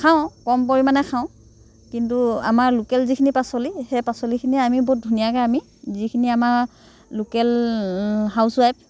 খাওঁ কম পৰিমাণে খাওঁ কিন্তু আমাৰ লোকেল যিখিনি পাচলি সেই পাচলিখিনি আমি বহুত ধুনীয়াকৈ আমি যিখিনি আমাৰ লোকেল হাউছৱাইফ